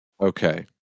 Okay